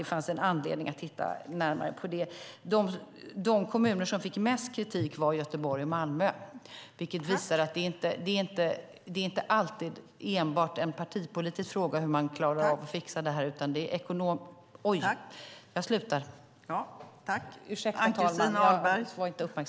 Det fanns anledning att titta närmare på detta. De kommuner som fick mest kritik var Göteborg och Malmö, vilket visar att det inte alltid enbart är en partipolitisk fråga hur man klarar av att fixa detta utan också en ekonomisk.